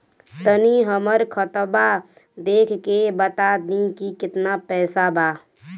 तनी हमर खतबा देख के बता दी की केतना पैसा बा?